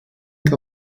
der